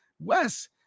Wes